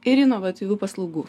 ir inovatyvių paslaugų